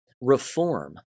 reform